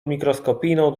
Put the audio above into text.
mikroskopijną